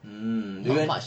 hmm